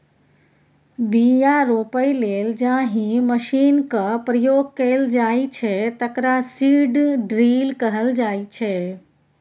बीया रोपय लेल जाहि मशीनक प्रयोग कएल जाइ छै तकरा सीड ड्रील कहल जाइ छै